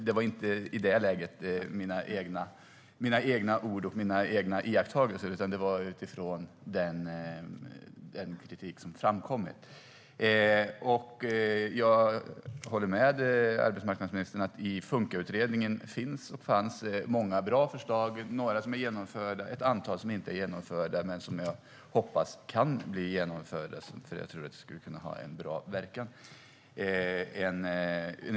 Det var inte i det läget mina egna ord och mina egna iakttagelser, utan det var utifrån den kritik som framkommit. Jag håller med arbetsmarknadsministern om att det i Funkautredningen finns och fanns många bra förslag. Några är genomförda, men ett antal är det inte. Jag hoppas att de kan bli genomförda, för jag tror att de skulle ha bra verkan.